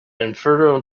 inferno